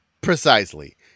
Precisely